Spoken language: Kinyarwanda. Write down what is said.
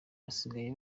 basigaye